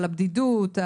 על הבדידות,